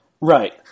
Right